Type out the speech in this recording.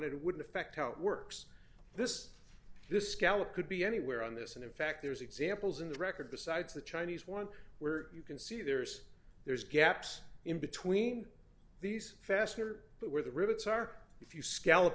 it wouldn't affect how it works this this scallop could be anywhere on this and in fact there's examples in the record besides the chinese one where you can see there's there's gaps in between these fastener but where the rivets are if you scallop